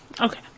Okay